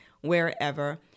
wherever